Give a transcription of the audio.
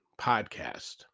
podcast